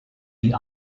die